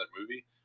movie